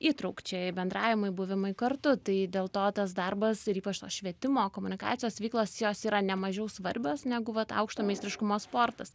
įtraukčiai bendravimui buvimui kartu tai dėl to tas darbas ir ypač to švietimo komunikacijos veiklos jos yra nemažiau svarbios negu vat aukšto meistriškumo sportas